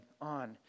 on